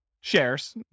shares